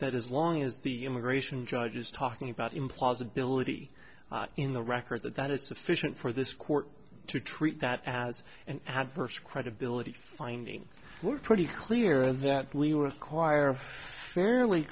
that as long as the immigration judge is talking about implausibility in the record that that is sufficient for this court to treat that as an adverse credibility finding we're pretty clear that we were a choir fairly